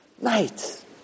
night